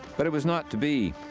but it was not to be.